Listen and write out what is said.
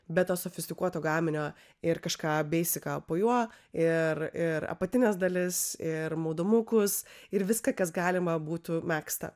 be to sofistikuoto gaminio ir kažką beisiką po juo ir ir apatines dalis ir maudomukus ir viską kas galima būtų megztą